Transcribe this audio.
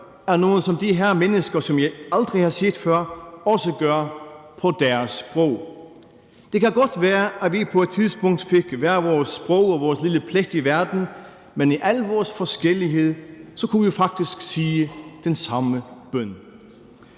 er noget, som de her mennesker, som jeg aldrig har set før, også gør – på deres sprog. Det kan godt være, at vi på et tidspunkt fik hvert vores sprog og hver vores lille plet i verden, men i al vores forskellighed kunne vi faktisk sige den samme bøn.